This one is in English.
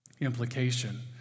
implication